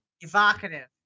Evocative